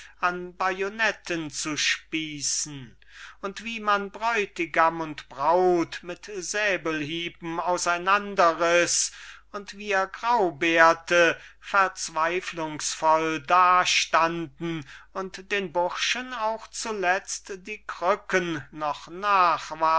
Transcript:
an bajonetten zu spießen und wie man bräutigam und braut mit säbelhieben auseinander riß und wir graubärte verzweiflungsvoll da standen und den burschen auch zuletzt die krücken noch